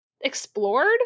explored